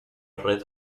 red